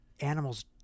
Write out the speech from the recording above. Animals